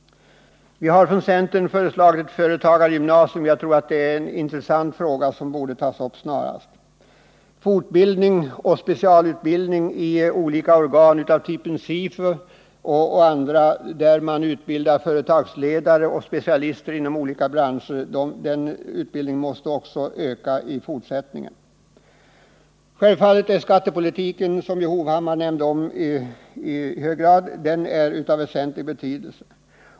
Vi har från centern föreslagit ett företagargymnasium. Jag tycker att det är en intressant fråga som borde tas upp snarast. Fortbildning och specialutbildning i olika organ av typen SIFU, där man utbildar företagsledare och specialister inom olika branscher, måste också öka i fortsättningen. Självfallet är skattepolitiken, som Erik Hovhammar nämnde, av väsentlig betydelse.